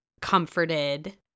comforted